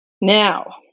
Now